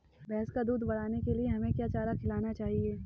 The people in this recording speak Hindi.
भैंस का दूध बढ़ाने के लिए हमें क्या चारा खिलाना चाहिए?